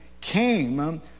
came